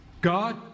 God